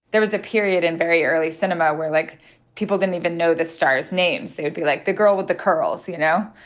there was a period in very early cinema where like people didn't even know the stars' names, they would be like the girl with the curls. you know